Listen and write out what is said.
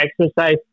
exercise